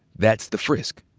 that's the frisk.